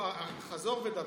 חזור ודבר.